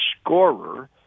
scorer